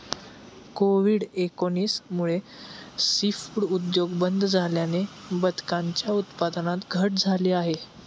Covid एकोणीस मुळे seafood उद्योग बंद झाल्याने बदकांच्या उत्पादनात घट झाली आहे